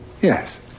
yes